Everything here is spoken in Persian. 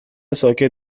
ساکت